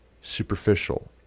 superficial